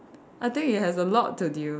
I think it has a lot to deal